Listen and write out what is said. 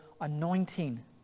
anointing